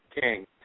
King